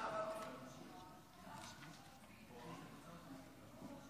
והיא תועבר לוועדת החוץ